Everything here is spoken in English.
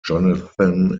jonathan